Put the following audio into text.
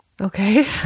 Okay